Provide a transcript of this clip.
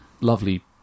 lovely